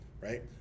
right